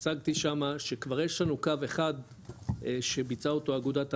הצגתי שמה שכבר יש לנו קו אחד שביצע אותו אגודת המים,